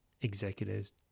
executives